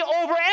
over